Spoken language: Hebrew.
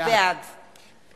בעד